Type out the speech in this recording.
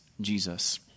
Jesus